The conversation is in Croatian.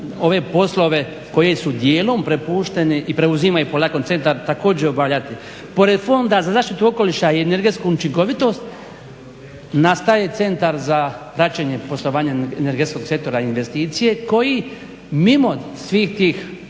ove poslove koji su dijelom prepušteni i preuzima ih polako centar također obavljati, pored Fonda za zaštitu okoliša i energetsku učinkovitost nastaje Centar za praćenje poslovanja energetskog sektora i investicije koji mimo svih tih